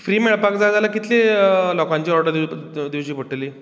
free मेळपाक जाय जाल्यार कितल्या लोकांची ऑर्डर दिवची पडटली